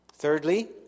Thirdly